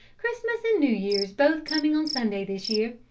christmas and new year's both coming on sunday this year,